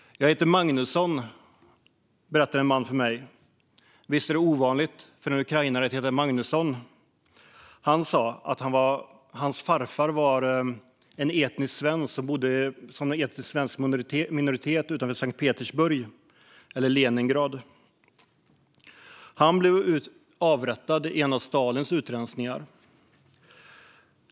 "Jag heter Magnusson", berättade en man för mig. "Visst är det ovanligt för en ukrainare att heta Magnusson?" Han sa att hans farfar var en etnisk svensk som tillhörde en etnisk svensk minoritet utanför Sankt Petersburg, eller Leningrad, och blev avrättad i en av Stalins utrensningar.